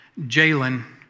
Jalen